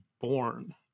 born